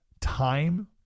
time